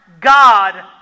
God